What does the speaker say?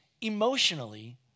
Emotionally